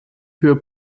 für